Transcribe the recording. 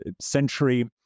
century